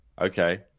okay